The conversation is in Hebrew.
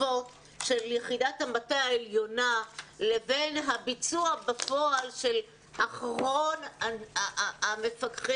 הטובות של יחידת המטה העליונה לבין הביצוע בפועל של אחרון המפקחים,